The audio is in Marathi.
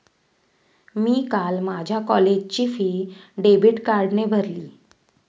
मी काल माझ्या कॉलेजची फी डेबिट कार्डने भरली